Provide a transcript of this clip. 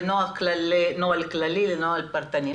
לנוהל כללי ולנוהל פרטני,